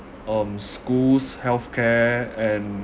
um schools healthcare and